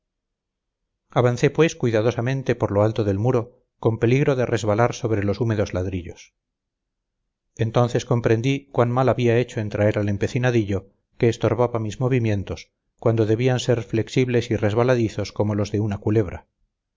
avancé pues cuidadosamente por lo alto del muro con peligro de resbalar sobre los húmedos ladrillos entonces comprendí cuán mal había hecho en traer al empecinadillo que estorbaba mis movimientos cuando debían ser flexibles y resbaladizos como los de una culebra